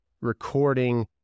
recording